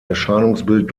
erscheinungsbild